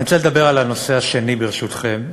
אני רוצה לדבר על הנושא השני, ברשותכם,